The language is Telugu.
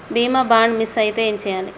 బీమా బాండ్ మిస్ అయితే ఏం చేయాలి?